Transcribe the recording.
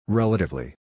relatively